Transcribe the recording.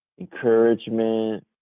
encouragement